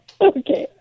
Okay